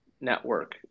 Network